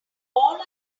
all